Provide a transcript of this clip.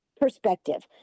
perspective